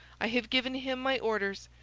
i have given him my orders,